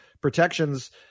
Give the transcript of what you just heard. protections